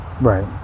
right